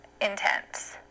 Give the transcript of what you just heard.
intense